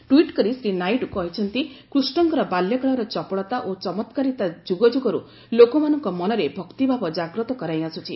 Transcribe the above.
tweet କରି ଶ୍ରୀ ନାଇଡୁ କହିଛନ୍ତି କୃଷ୍ଣଙ୍କର ବାଲ୍ୟକାଳର ଚପଳତା ଓ ଚମତ୍କାରିତା ଯୁଗଯୁଗରୁ ଲୋକମାନଙ୍କ ମନରେ ଭକ୍ତିଭାବ ଜାଗ୍ରତ କରାଇ ଆସୁଛି